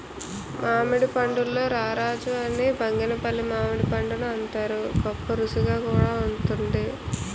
మామిడి పండుల్లో రారాజు అని బంగినిపల్లి మామిడిపండుని అంతారు, గొప్పరుసిగా కూడా వుంటుంది